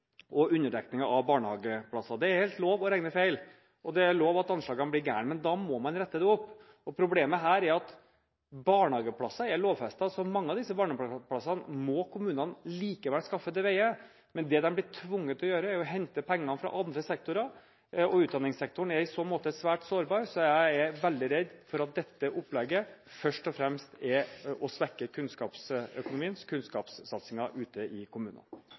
og underdekningen av barnehageplasser. Det er helt lov å regne feil, og det er lov at anslagene blir gale, men da må man rette det opp. Problemet her er at barnehageplasser er lovfestet, så mange av disse barnehageplassene må kommunene likevel skaffe til veie. Det de blir tvunget til å gjøre, er å hente pengene fra andre sektorer. Utdanningssektoren er i så måte svært sårbar, så jeg er veldig redd for at dette opplegget først og fremst er å svekke kunnskapsøkonomien og kunnskapssatsingen ute i kommunene.